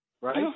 right